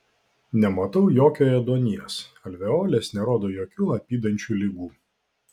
nematau jokio ėduonies alveolės nerodo jokių apydančių ligų